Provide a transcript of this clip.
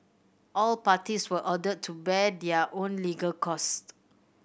all parties were ordered to bear their own legal costs